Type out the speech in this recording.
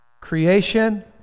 Creation